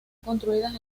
construidas